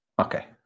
Okay